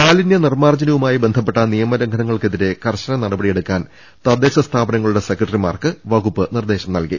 മാലിന്യ നിർമ്മാർജ്ജനവുമായി ബന്ധപ്പെട്ട നിയമ ലംഘന ങ്ങൾക്കെതിരെ കർശന നടപടിയെടുക്കാൻ തദ്ദേശ സ്ഥാപനങ്ങളുടെ സെക്രട്ടറിമാർക്ക് വകുപ്പ് നിർദേശം നൽകി